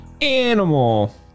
Animal